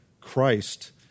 Christ